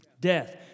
Death